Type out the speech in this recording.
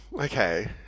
okay